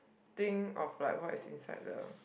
think of like what is inside the